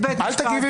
אצלנו הכול בסדר, טלי.